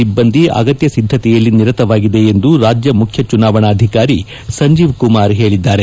ಸಿಬ್ಬಂದಿ ಅಗತ್ಯ ಸಿದ್ದತೆಯಲ್ಲಿ ನಿರತವಾಗಿದೆ ಎಂದು ರಾಜ್ಯ ಮುಖ್ಯ ಚುನಾವಣಾಧಿಕಾರಿ ಸಂಜೀವ್ ಕುಮಾರ್ ಹೇಳಿದ್ದಾರೆ